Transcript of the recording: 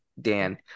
Dan